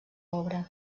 obra